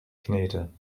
knete